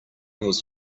was